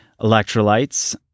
Electrolytes